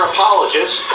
Apologist